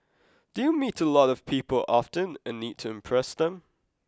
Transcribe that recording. do you meet a lot of people often and need to impress them